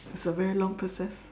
it's a very long process